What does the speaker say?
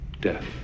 Death